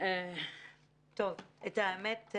את האמת,